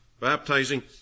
Baptizing